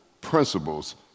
principles